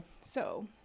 So-